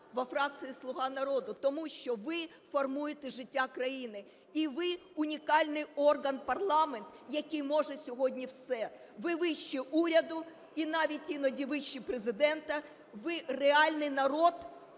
тому що ви формуєте життя країни і ви унікальний орган парламент, який може сьогодні все. Ви вище уряду і навіть іноді вище Президента, ви реальний народ,